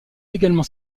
également